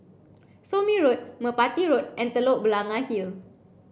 Somme Road Merpati Road and Telok Blangah Hill